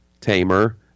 tamer